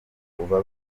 kuva